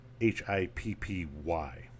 H-I-P-P-Y